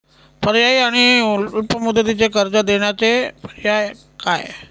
पर्यायी आणि अल्प मुदतीचे कर्ज देण्याचे पर्याय काय?